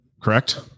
Correct